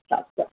अच्छा अच्छा